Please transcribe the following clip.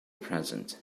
present